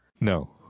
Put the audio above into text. No